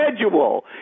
schedule